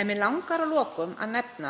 En mig langar að lokum að nefna